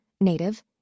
Native